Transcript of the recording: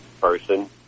person